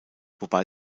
wobei